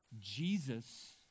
Jesus